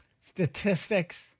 statistics